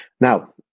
Now